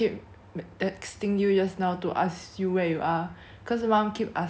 m~ texting you just now to ask you where you are cause mum keep asking [what]